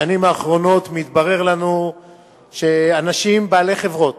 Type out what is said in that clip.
בשנים האחרונות, מתברר לנו שאנשים בעלי חברות,